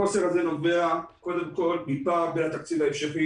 החוסר הזה נובע קודם כול מפער בין התקציב ההמשכי